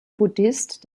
buddhist